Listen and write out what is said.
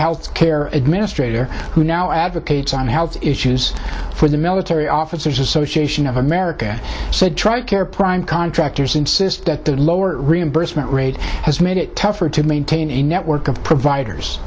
health care administrator who now advocates on health issues for the military officers association of america said tri care prime contractors insist that the lower reimbursement rate has made it tougher to maintain a network of providers